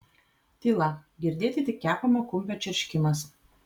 tyla girdėti tik kepamo kumpio čirškimas